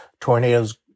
tornadoes